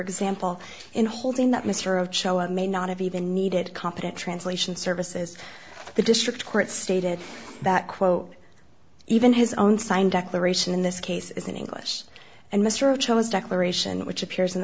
example in holding that mr of cho i may not have even needed competent translation services the district court stated that quote even his own signed declaration in this case is in english and mr thomas declaration which appears in